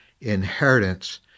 inheritance